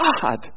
God